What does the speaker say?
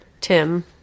Tim